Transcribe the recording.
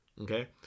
Okay